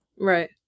Right